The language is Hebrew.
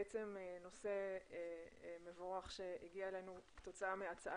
נושא מבורך שהגיע אלינו כתוצאה מהצעה